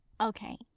Okay